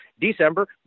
December